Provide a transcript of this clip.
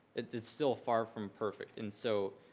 it's still far from perfect. and so,